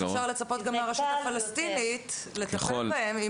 איך אפשר לצפות גם מהרשות הפלסטינית לטפל בהם,